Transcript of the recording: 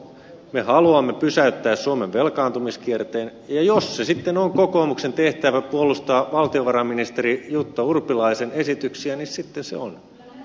me haluamme pysäyttää suomen velkaantumiskierteen ja jos se sitten on kokoomuksen tehtävä puolustaa valtiovarainministeri jutta urpilaisen esityksiä niin sitten se on